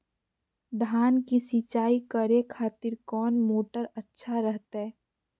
धान की सिंचाई करे खातिर कौन मोटर अच्छा रहतय?